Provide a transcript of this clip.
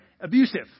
Abusive